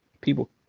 people